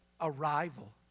Arrival